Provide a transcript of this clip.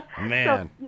Man